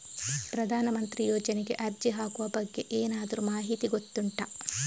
ಪ್ರಧಾನ ಮಂತ್ರಿ ಯೋಜನೆಗೆ ಅರ್ಜಿ ಹಾಕುವ ಬಗ್ಗೆ ಏನಾದರೂ ಮಾಹಿತಿ ಗೊತ್ತುಂಟ?